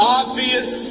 obvious